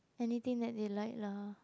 anything that they like lah